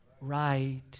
right